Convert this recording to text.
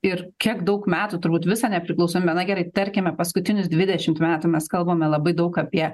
ir kiek daug metų turbūt visą nepriklausomybę na gerai tarkime paskutinius dvidešimt metų mes kalbame labai daug apie